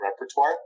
repertoire